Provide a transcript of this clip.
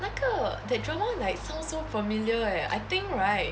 那个 that drama like sound so familiar eh I think right